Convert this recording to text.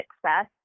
success